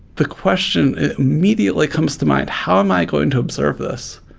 the question immediately comes to mind, how am i going to observe this?